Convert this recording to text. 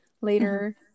later